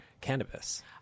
cannabis